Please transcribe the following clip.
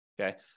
okay